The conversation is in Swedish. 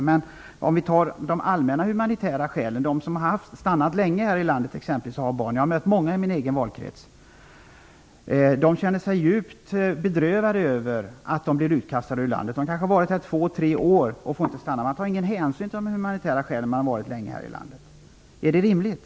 Vi kan i stället se på fall där det föreligger allmänna humanitära skäl. Det kan t.ex. gälla personer som har vistats länge här i landet och som har barn. Jag har mött många sådana familjer i min valkrets. De känner sig djupt bedrövade över att de blir utkastade ur landet. De kanske har vistats i landet i två tre år och får inte stanna. Man tar ingen hänsyn till det humanitära skälet att personerna har vistats länge i landet. Är det rimligt?